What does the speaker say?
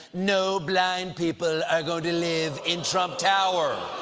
no blind people are going to live in trump tower!